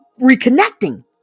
reconnecting